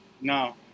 No